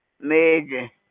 made